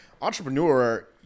entrepreneur